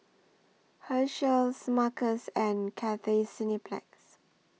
Herschel Smuckers and Cathay Cineplex